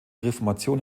reformation